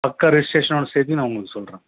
பக்கா ரெஜிஸ்ட்ரேஷனோட சேர்த்தி நான் உங்களுக்கு சொல்கிறேன்